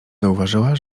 zauważyła